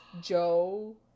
Joe